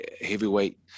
heavyweight